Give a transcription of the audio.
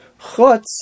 Chutz